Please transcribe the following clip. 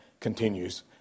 continues